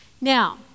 Now